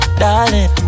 darling